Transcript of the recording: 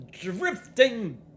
drifting